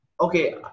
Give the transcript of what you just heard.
okay